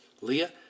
Leah